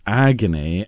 agony